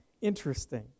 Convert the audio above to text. Interesting